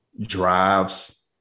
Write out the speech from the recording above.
drives